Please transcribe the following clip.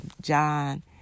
John